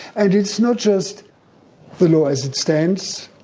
and it's not just the law as it stands,